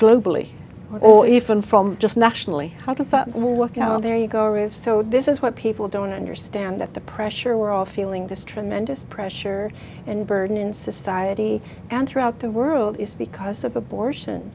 globally or if i'm from just nationally how to stop more work out there you go is so this is what people don't understand that the pressure we're all feeling this tremendous pressure and burden in society and throughout the world is because of abortion